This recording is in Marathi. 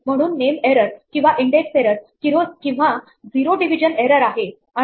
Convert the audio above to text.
म्हणून नेम एरर किंवा इंडेक्स एरर किंवा झिरो डिव्हिजन एरर आहे आणि